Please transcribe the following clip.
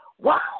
Wow